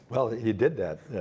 well, he did that.